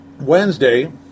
Wednesday